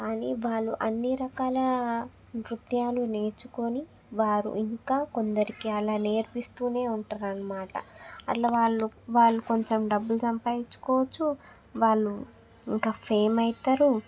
కానీ వారు అన్ని రకాల నృత్యాలు నేర్చుకొని వారు ఇంకా కొందరికి అలా నేర్పిస్తూనే ఉంటారు అన్నమాట అట్ల వాళ్ళు వాళ్ళు కొంచెం డబ్బులు సంపాదించుకోవచ్చు వాళ్ళు ఇంకా ఫేమ్ అవుతారు